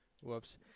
Whoops